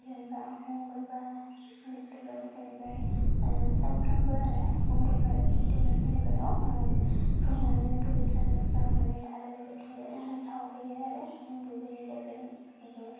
जेनेबा मंगलबार बिस्थिबार सनिबार सामफ्रामबो आरो मंगलबार बिस्थिबार सनिबाराव फुङावनो दुगैस्रां लोबस्रां माने आलारि बाथि सावहैयो आरो दुगैयै लोबै बिदिनो